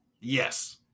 Yes